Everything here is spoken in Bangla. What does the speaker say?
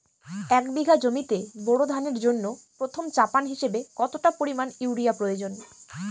এক বিঘা জমিতে বোরো ধানের জন্য প্রথম চাপান হিসাবে কতটা পরিমাণ ইউরিয়া প্রয়োজন?